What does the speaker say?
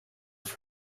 for